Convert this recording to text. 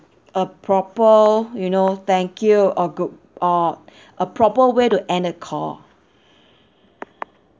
a proper you know thank you or good or a proper way to end the call